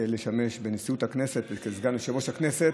לשמש בנשיאות הכנסת וכסגן יושב-ראש הכנסת.